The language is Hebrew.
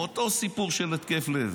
מאותו סיפור של התקף לב.